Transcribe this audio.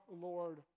Lord